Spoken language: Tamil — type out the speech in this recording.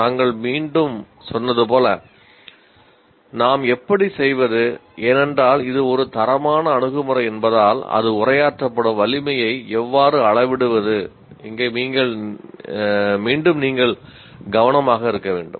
நாங்கள் மீண்டும் சொன்னது போல் நாம் எப்படி செய்வது ஏனெனில் இது ஒரு தரமான அணுகுமுறை என்பதால் அது உரையாற்றப்படும் வலிமையை எவ்வாறு அளவிடுவது இங்கே மீண்டும் நீங்கள் கவனமாக இருக்க வேண்டும்